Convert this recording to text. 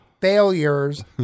failures